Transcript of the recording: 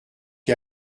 qui